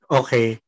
okay